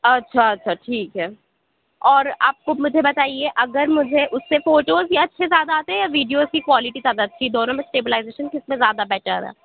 اچھا اچھا ٹھیک ہے اور آپ كو مجھے بتائیے اگر مجھے اُس سے فوٹوز بھی اچھے زیادہ آتے ہیں یا ویڈیوز کی کوالٹی زیادہ اچھی ہے دونوں میں اسٹیبلائزیشن کس میں زیادہ بیٹر ہے